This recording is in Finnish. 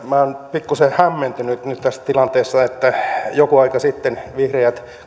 pikkuisen hämmentynyt nyt tässä tilanteessa että joku aika sitten vihreät